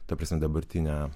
ta prasme dabartinę